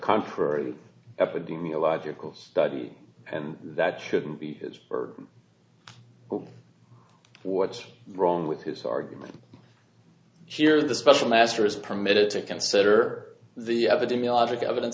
contrary epidemiological study and that shouldn't be his for what's wrong with his argument here the special master is permitted to consider the dimia logic evidence